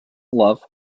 love